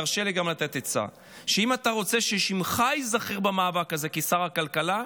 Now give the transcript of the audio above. תרשה לי גם לתת עצה: אם אתה רוצה ששמך ייזכר במאבק הזה כשר הכלכלה,